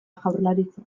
jaurlaritzan